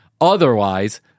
Otherwise